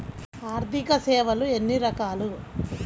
ఆర్థిక సేవలు ఎన్ని రకాలు?